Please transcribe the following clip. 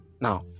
Now